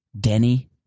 Denny